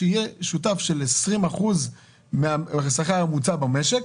שיהיה שותף של 20% מהשכר הממוצע במשק,